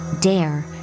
dare